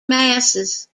masses